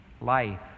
life